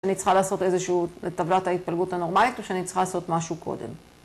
אני צריכה לעשות איזשהו, את טבלת ההתפלגות הנורמלית או שאני צריכה לעשות משהו קודם.